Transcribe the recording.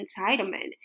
entitlement